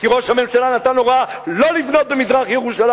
כי ראש הממשלה נתן הוראה לא לבנות במזרח-ירושלים: